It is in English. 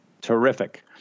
Terrific